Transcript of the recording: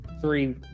three